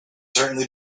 certainly